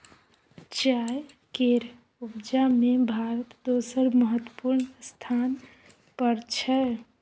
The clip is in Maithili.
चाय केर उपजा में भारत दोसर महत्वपूर्ण स्थान पर छै